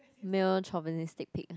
male chauvinistic pig